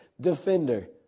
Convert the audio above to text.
defender